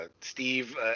Steve